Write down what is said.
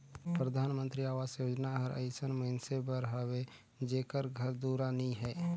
परधानमंतरी अवास योजना हर अइसन मइनसे बर हवे जेकर घर दुरा नी हे